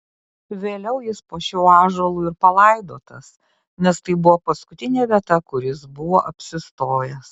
vėliau jis po šiuo ąžuolų ir palaidotas nes tai buvo paskutinė vieta kur jis buvo apsistojęs